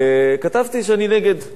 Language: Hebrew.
אני נגד סגירת "מעריב".